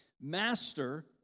Master